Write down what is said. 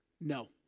no